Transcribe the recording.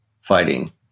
fighting